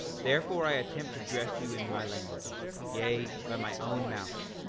therefore i attempt to address you in my language yea, by my own mouth,